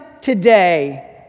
today